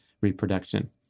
reproduction